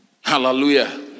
Hallelujah